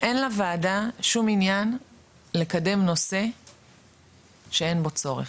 אין לוועדה שום עניין לקדם נושא שאין בו צורך.